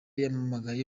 yampamagaye